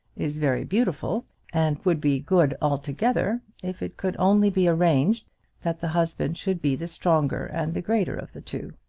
is very beautiful and would be good altogether if it could only be arranged that the husband should be the stronger and the greater of the two.